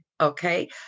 okay